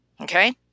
okay